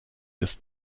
des